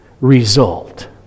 result